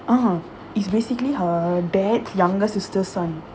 ah it's basically her dad younger sister's son